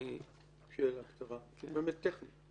טכנית